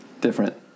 different